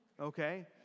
Okay